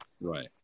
Right